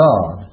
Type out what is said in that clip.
God